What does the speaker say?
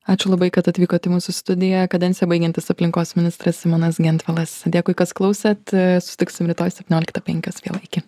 ačiū labai kad atvykot į mūsų studiją kadenciją baigiantis aplinkos ministras simonas gentvilas dėkui kas klausėt susitiksim rytoj septynioliktą penkios vėl iki